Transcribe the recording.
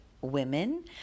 women